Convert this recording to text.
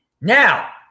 Now